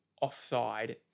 offside